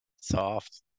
Soft